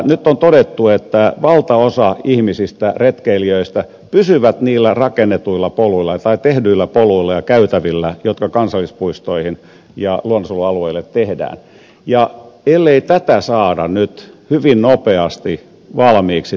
nyt on todettu että valtaosa ihmisistä retkeilijöistä pysyy niillä rakennetuilla poluilla tai tehdyillä poluilla ja käytävillä jotka kansallispuistoihin ja luonnonsuojelualueille tehdään ja ellei tätä asiaa saada nyt hyvin nopeasti valmiiksi